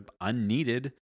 unneeded